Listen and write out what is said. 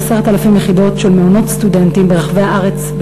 10,000 יחידות של מעונות סטודנטים ברחבי הארץ.